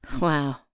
Wow